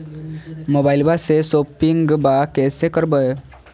मोबाइलबा से शोपिंग्बा कैसे करबै?